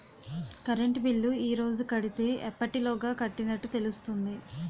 Current bill ఈ రోజు కడితే ఎప్పటిలోగా కట్టినట్టు తెలుస్తుంది?